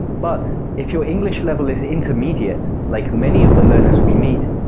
but, if your english level is intermediate, like many of the learners we meet,